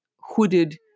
hooded